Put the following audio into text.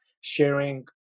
sharing